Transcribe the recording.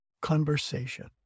conversation